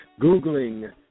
googling